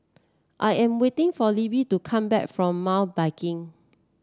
I am waiting for Libby to come back from Mountain Biking